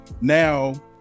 Now